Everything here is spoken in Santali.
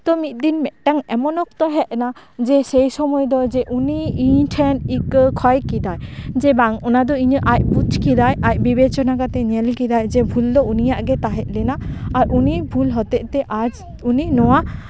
ᱛᱳ ᱢᱤᱫᱫᱤᱱ ᱢᱤᱫᱴᱟᱝ ᱮᱢᱚᱱ ᱚᱠᱛᱚ ᱦᱮᱡ ᱱᱟ ᱡᱮ ᱥᱮᱭ ᱥᱚᱢᱚᱭ ᱫᱚ ᱡᱮ ᱩᱱᱤ ᱤᱧ ᱴᱷᱮᱱ ᱤᱠᱟᱹ ᱠᱚᱭ ᱠᱮᱫᱟᱭ ᱡᱮ ᱵᱟᱝ ᱚᱱᱟ ᱫᱚ ᱤᱧᱟᱹᱜ ᱟᱡ ᱵᱩᱡ ᱠᱮᱫᱟᱭ ᱟᱡ ᱵᱤᱵᱮᱪᱚᱱᱟ ᱠᱟᱛᱮᱫ ᱧᱮᱞ ᱠᱮᱫᱟᱭ ᱡᱮ ᱵᱷᱩᱞ ᱫᱚ ᱩᱱᱤᱭᱟᱜ ᱜᱮ ᱛᱟᱦᱮᱸ ᱞᱮᱱᱟ ᱟᱨ ᱩᱱᱤ ᱵᱷᱩᱞ ᱦᱚᱛᱮᱡ ᱛᱮ ᱟᱡ ᱩᱱᱤ ᱱᱚᱶᱟ